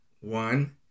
One